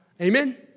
Amen